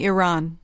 Iran